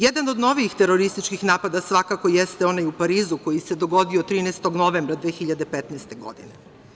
Jedan od novijih terorističkih napada svakako jeste onaj u Parizu koji se dogodio 13. novembra 2015. godine.